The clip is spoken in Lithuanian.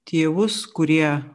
tėvus kurie